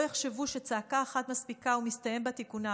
שלא יחשבו שצעקה אחת מספיקה ומסתיים בה תיקונם.